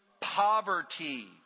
poverty